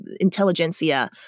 intelligentsia